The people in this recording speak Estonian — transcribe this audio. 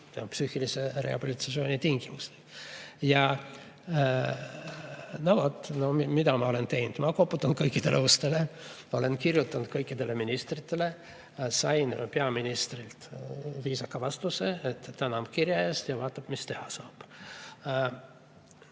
on] psüühilise rehabilitatsiooni tingimustest. Ja no mida ma olen teinud? Ma koputan kõikidele ustele. Ma olen kirjutanud kõikidele ministritele. Sain peaministrilt viisaka vastuse, et ta tänab kirja eest ja vaatab, mis teha saab.